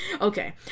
Okay